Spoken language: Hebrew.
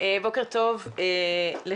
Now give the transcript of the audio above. בוקר טוב לכולם,